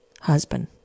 husband